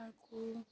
अर्को